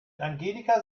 angelika